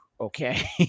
Okay